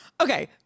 Okay